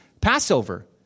Passover